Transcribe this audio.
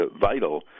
vital